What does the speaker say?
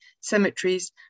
cemeteries